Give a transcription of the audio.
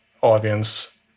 audience